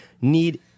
need